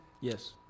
Yes